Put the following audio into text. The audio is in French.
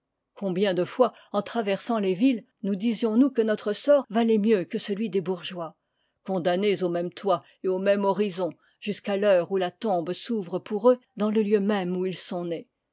combien de fois en traversant les villes nous disions-nous que notre sort valait mieux que celui des bourgeois condamnés au même toit et au même horizon jusqu'à l'heure où la tombe s'ouvre pour eux dans le lieu même où ils sont nés